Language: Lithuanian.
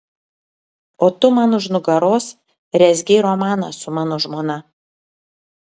o tu man už nugaros rezgei romaną su mano žmona